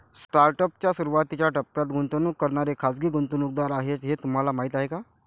Startup च्या सुरुवातीच्या टप्प्यात गुंतवणूक करणारे खाजगी गुंतवणूकदार आहेत हे तुम्हाला माहीत आहे का?